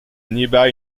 nearby